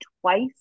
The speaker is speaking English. twice